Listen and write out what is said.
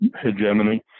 hegemony